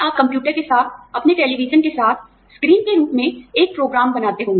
आप कंप्यूटर के साथ अपने टेलीविजन के साथ स्क्रीन के रूप में एक प्रोग्राम बनाते होंगे